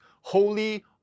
holy